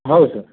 हो सर